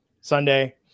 sunday